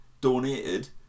donated